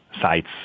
sites